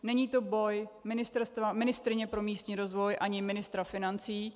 Není to boj ministryně pro místní rozvoj ani ministra financí.